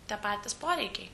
tie patys poreikiai